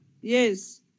Yes